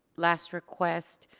last request.